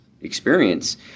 experience